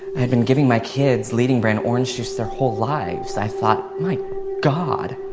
i had been giving my kids leading brand orange juice their whole lives. i thought, my god,